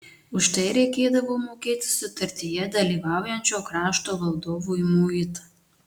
už tai reikėdavo mokėti sutartyje dalyvaujančio krašto valdovui muitą